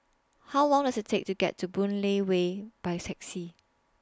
How Long Does IT Take to get to Boon Lay Way By Taxi